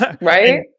Right